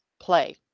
play